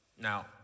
Now